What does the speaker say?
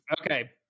Okay